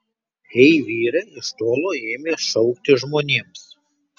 ei vyrai iš tolo ėmė šaukti žmonėms